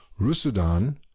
Rusudan